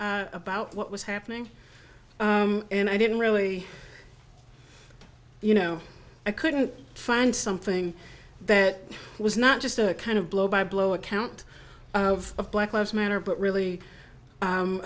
about what was happening and i didn't really you know i couldn't find something that was not just a kind of blow by blow account of black lives matter but really